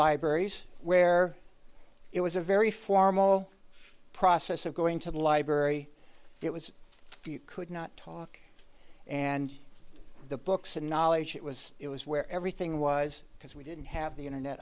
libraries where it was a very formal process of going to the library it was if you could not talk and the books and knowledge it was it was where everything was because we didn't have the internet